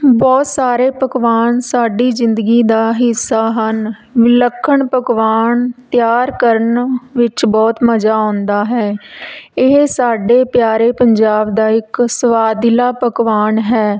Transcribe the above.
ਬਹੁਤ ਸਾਰੇ ਪਕਵਾਨ ਸਾਡੀ ਜ਼ਿੰਦਗੀ ਦਾ ਹਿੱਸਾ ਹਨ ਵਿਲੱਖਣ ਪਕਵਾਨ ਤਿਆਰ ਕਰਨ ਵਿੱਚ ਬਹੁਤ ਮਜ਼ਾ ਆਉਂਦਾ ਹੈ ਇਹ ਸਾਡੇ ਪਿਆਰੇ ਪੰਜਾਬ ਦਾ ਇੱਕ ਸਵਾਦਿਲਾ ਪਕਵਾਨ ਹੈ